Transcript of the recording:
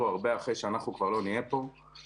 הרבה אחרי שאנחנו כבר לא נהיה כאן,